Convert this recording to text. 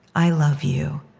i love you,